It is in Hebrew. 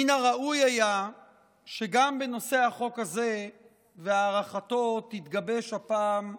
מן הראוי היה שגם בנושא החוק הזה והארכתו תתגבש הפעם הסכמה,